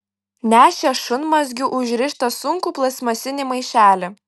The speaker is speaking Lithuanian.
nešė šunmazgiu užrištą sunkų plastmasinį maišelį